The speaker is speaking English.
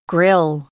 Grill